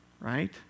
right